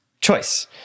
choice